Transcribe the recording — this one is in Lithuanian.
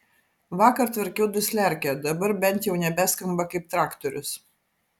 vakar tvarkiau dusliarkę dabar bent jau nebeskamba kaip traktorius